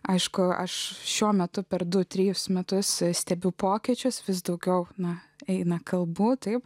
aišku aš šiuo metu per du trejus metus stebiu pokyčius vis daugiau na eina kalbų taip